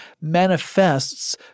manifests